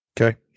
Okay